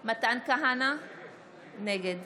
כהנא, נגד